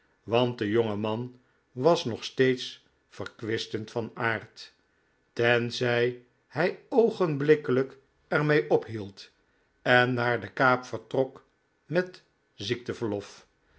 want de jonge man was nog steeds verkwistend van aard tenzij hij oogenblikkelijk er mee ophield en naar de kaap vertrok met